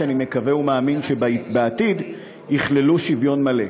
שאני מקווה ומאמין שבעתיד יכללו שוויון מלא.